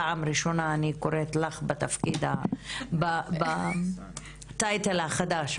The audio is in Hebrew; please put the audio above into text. פעם ראשונה שאני קוראת לך בטייטל החדש,